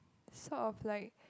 sort of like